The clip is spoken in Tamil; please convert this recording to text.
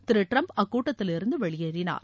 திரு டிரம்ப் அக்கூட்டத்திலிருந்து வெளியேறினார்